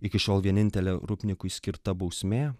iki šiol vienintelė rupnikui skirta bausmė